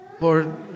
Lord